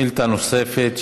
שאילתה נוספת,